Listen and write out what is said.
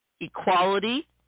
equality